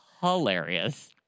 hilarious